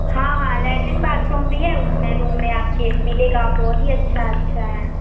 हाँ हाँ latrine bathroom भी है उसमें रूम में आपके मिलेगा बहुत ही अच्छा अच्छा है